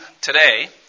today